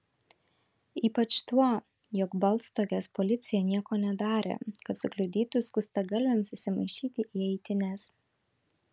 ypač tuo jog baltstogės policija nieko nedarė kad sukliudytų skustagalviams įsimaišyti į eitynes